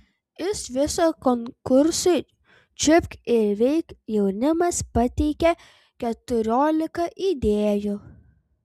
iš viso konkursui čiupk ir veik jaunimas pateikė keturiolika idėjų